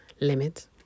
limit